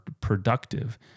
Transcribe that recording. productive